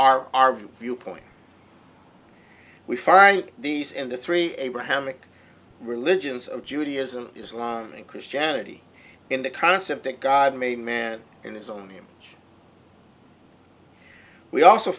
are our viewpoint we fight these and the three abrahamic religions of judaism islam and christianity in the concept that god made man in his own him we also